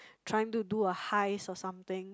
trying to do a heist or something